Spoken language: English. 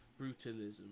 Brutalism